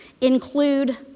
include